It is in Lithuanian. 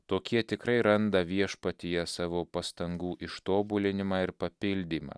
tokie tikrai randa viešpatyje savo pastangų ištobulinimą ir papildymą